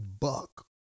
buck